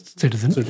citizen